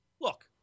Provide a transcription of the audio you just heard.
Look